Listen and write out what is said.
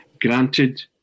granted